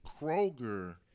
Kroger